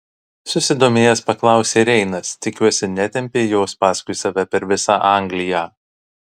susidomėjęs paklausė reinas tikiuosi netempei jos paskui save per visą angliją